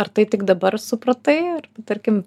ar tai tik dabar supratai ar tarkim